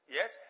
Yes